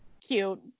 cute